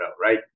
Right